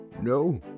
No